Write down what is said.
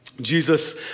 Jesus